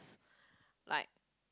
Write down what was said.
like